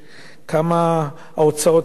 כמה ההוצאות הן גדולות.